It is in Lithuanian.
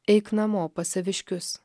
eik namo pas saviškius